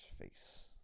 face